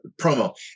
promo